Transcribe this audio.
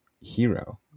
hero